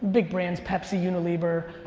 big brands, pepsi, unilever,